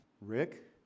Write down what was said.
Rick